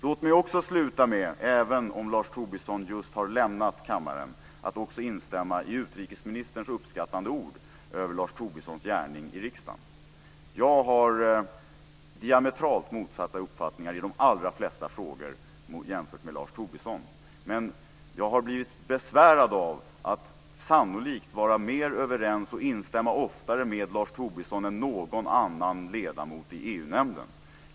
Låt mig avsluta med, även om Lars Tobisson just har lämnat kammaren, att instämma i utrikesministerns uppskattande ord över Lars Tobissons gärning i riksdagen. Jag har diametralt motsatta uppfattningar i de allra flesta frågor jämfört med Lars Tobisson, men jag har blivit besvärad av att sannolikt vara mer överens och instämma oftare med Lars Tobisson än med någon annan ledamot i EU-nämnden.